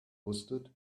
wusstet